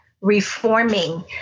reforming